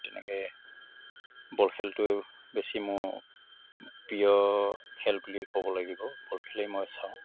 তেনেকৈ বল খেলটো বেছি মোৰ প্ৰিয় খেল বুলি ক'ব লাগিব বল খেলেই মই চাওঁ